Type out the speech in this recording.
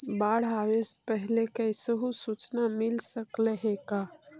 बाढ़ आवे से पहले कैसहु सुचना मिल सकले हे का?